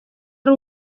ari